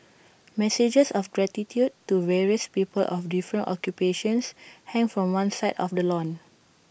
messages of gratitude to various people of different occupations hang from one side of the lawn